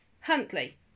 Huntley